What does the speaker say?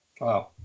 Wow